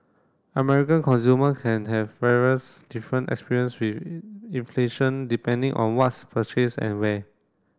American consumer can have various different experience with inflation depending on what's purchased and where